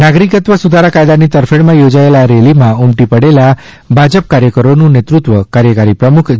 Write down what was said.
નાગરિકતા સુધારા કાયદાની તરફેણ માં યોજાયેલી આ રેલી માં ઉમટી પડેલા ભાજપ કાર્યકરો નું નેતૃત્વં કાર્યકારી પ્રમુખ જે